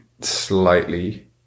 slightly